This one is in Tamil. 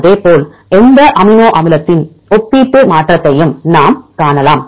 அதேபோல் எந்த அமினோ அமிலத்தின் ஒப்பீட்டு மாற்றத்தையும் நாம் காணலாம்